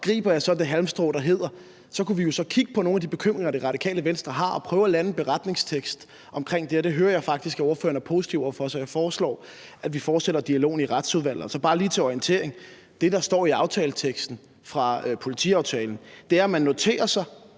griber jeg så det halmstrå, der hedder, at vi kunne kigge på nogle af de bekymringer, som Radikale Venstre har, og prøve at lande en beretningstekst omkring det. Og det hører jeg faktisk at ordføreren er positiv over for; så jeg foreslår, at vi fortsætter dialogen i Retsudvalget. Så bare lige til orientering vil jeg sige, at det, der står i teksten til politiaftalen, er, at man noterer sig,